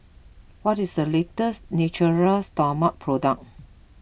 what is the latest Natura Stoma product